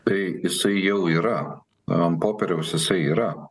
tai jisai jau yra ant popieriaus jisai yra